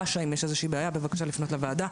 רש"א, אם יש איזושהי בעיה בבקשה לפנות לוועדה.